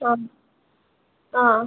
ആ ആ